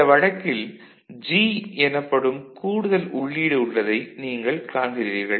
இந்த வழக்கில் G எனப்படும் கூடுதல் உள்ளீடு உள்ளதை நீங்கள் காண்கிறீர்கள்